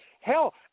Hell